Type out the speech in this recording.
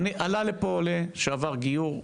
עלה לפה עולה שעבר גיור.